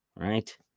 right